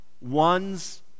one's